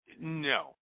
No